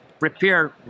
repair